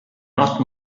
not